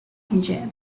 хэмжээ